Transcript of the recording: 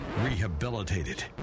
rehabilitated